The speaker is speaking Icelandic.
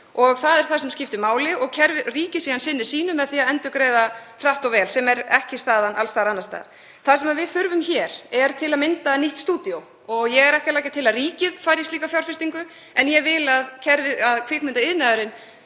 og það er það sem skiptir máli. Ríkið sinnir síðan sínum með því að endurgreiða hratt og vel, sem er ekki staðan alls staðar annars staðar. Það sem við þurfum hér er til að mynda nýtt stúdíó. Ég er ekki að leggja til að ríkið fari í slíka fjárfestingu. En ég vil að kvikmyndaiðnaðurinn